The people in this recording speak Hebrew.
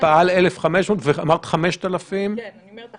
לאנשים שעובדים בצמידות עם אותו אדם במקום עבודה קטן.